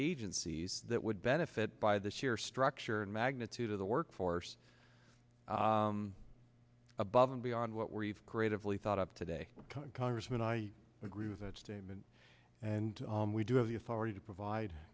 agencies that would benefit by this year structure and magnitude of the workforce above and beyond what we've created really thought up today congressman i agree with that statement and we do have the authority to provide